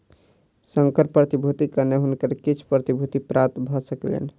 संकर प्रतिभूतिक कारणेँ हुनका किछ प्रतिभूति प्राप्त भ सकलैन